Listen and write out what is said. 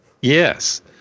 Yes